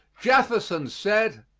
jefferson said,